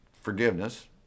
forgiveness